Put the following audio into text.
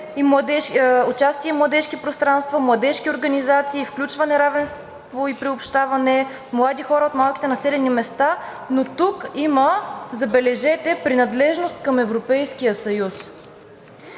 участие и младежки пространства, младежки организации, включване, равенство и приобщаване на млади хора от малките населени места, но тук има, забележете, принадлежност към Европейския съюз.